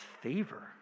favor